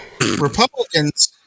Republicans